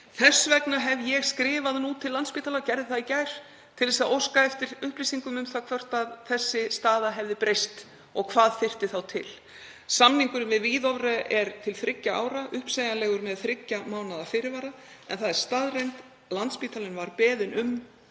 Þess vegna hef ég skrifað til Landspítala, gerði það í gær, til að óska eftir upplýsingum um hvort sú staða hefði breyst og hvað þyrfti þá til. Samningurinn við Hvidovre er til þriggja ára, uppsegjanlegur með þriggja mánaða fyrirvara. En það er staðreynd að Landspítalinn var beðinn um að